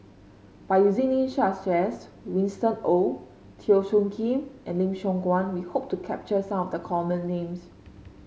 by using names such as Winston Oh Teo Soon Kim and Lim Siong Guan we hope to capture some of the common names